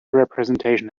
representation